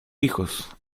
hijos